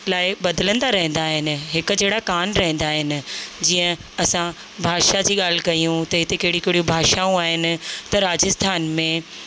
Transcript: लाइ बदिलंदा रहंदा आहिनि हिकु जहिड़ा कान रहंदा आहिनि जीअं असां भाषा जी ॻाल्हि कयूं त हिते कहिड़ी कहिड़ियूं भाषाऊं आहिनि त राजस्थान में